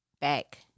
back